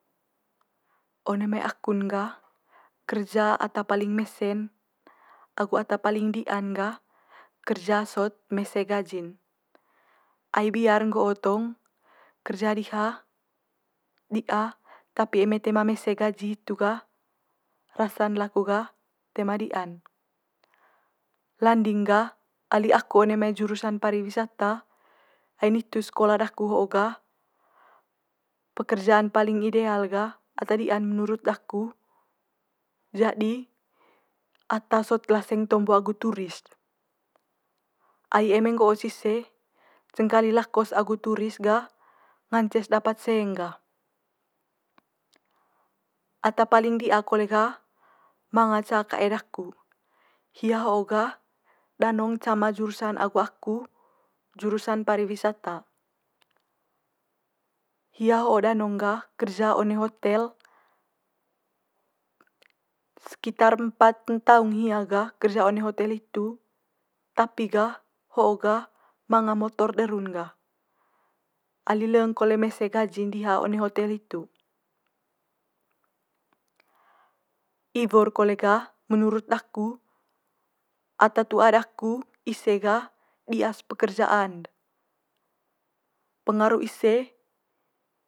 One mai aku'n gah, kerja ata paling mese'n agu ata paling di'an gah kerja sot mese gaji'n. Ai biar nggo'o tong kerja diha di'a tapi eme toe ma mese gaji hitu gah rasa'n laku gah toe ma di'an. Landing gah ali aku one mai jurusan pariwisata, ai nitu sekola daku ho'o gah pekerjaan paling ideal ata di'an menurut daku jadi ata sot laseng tombo agu turis. Ai eme nggo'os ise cengkali lako's agu turis gah ngance's dapat seng gah. ata paling di'a kole gah manga ca kae daku, hia ho'o gah danong cama jurusan agu aku jurusan pariwisata. Hia ho'o danong gah kerja one hotel sekitar empat ntaung hia gah kerja one hotel hitu tapi gah ho'o gah manga motor de ru'n gah, ali leng kole mese gaji'n one hotel hitu. iwo'r kole gah menurut daku ata tu'a daku ise gah di'as pekerjaan pengaru ise